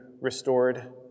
restored